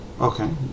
Okay